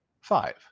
Five